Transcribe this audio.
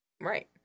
Right